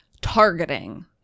targeting